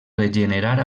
regenerar